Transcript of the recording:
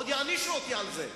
עוד יענישו אותי על זה.